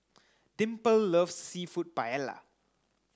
Dimple loves Seafood Paella